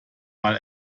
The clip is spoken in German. mal